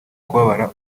kubabara